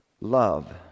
Love